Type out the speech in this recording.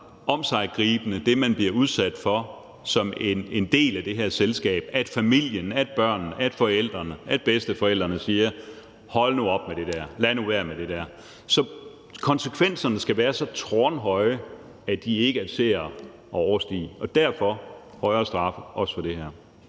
mere til. For det, man bliver udsat for som en del af det her selskab, skal være så omsiggribende, at familien, børnene, forældrene, bedsteforældrene siger: Hold nu op med det der, lad nu være med det der. Så konsekvenserne skal være så tårnhøje, at de ikke er til at overstige. Derfor skal der være højere straffe, også ved det her.